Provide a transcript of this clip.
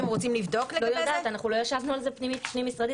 צריך לאשר את הנהלים גם פנימית והרבה פעמים לא רצינו לעכב.